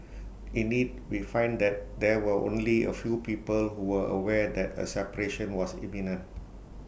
in IT we find that there were only A few people who were aware that A separation was imminent